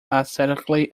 aesthetically